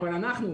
אבל אנחנו,